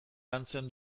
lantzen